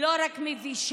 לא רק מבישה,